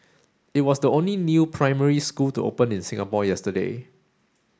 it was the only new primary school to open in Singapore yesterday